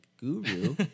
guru